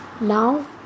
Now